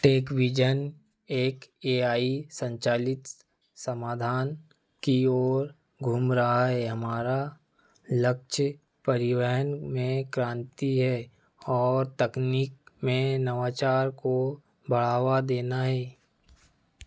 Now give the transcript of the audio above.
TechVision एक A I संचालित समाधान की ओर घूम रहा है हमारा लक्ष्य परिवहन में क्रांति है और तकनीक में नवाचार को बढ़ावा देना है